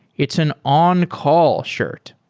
it's an on-call shirt.